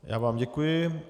Já vám děkuji.